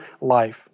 life